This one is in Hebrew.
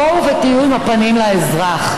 בואו ותהיו עם הפנים לאזרח.